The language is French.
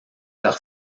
leur